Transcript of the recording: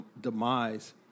demise